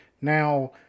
Now